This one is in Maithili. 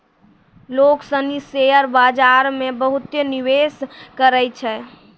लोग सनी शेयर बाजार मे बहुते निवेश करै छै